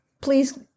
please